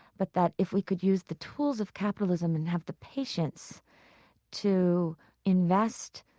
but that if we could use the tools of capitalism and have the patience to invest,